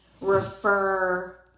refer